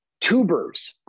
tubers